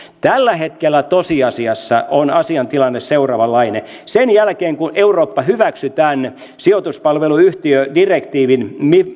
tällä hetkellä tosiasiassa on asian tilanne seuraavanlainen sen jälkeen kun eurooppa hyväksyi tämän sijoituspalveluyhtiödirektiivin